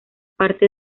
parte